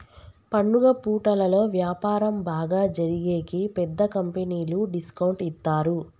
పండుగ పూటలలో వ్యాపారం బాగా జరిగేకి పెద్ద కంపెనీలు డిస్కౌంట్ ఇత్తారు